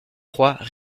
trois